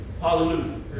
Hallelujah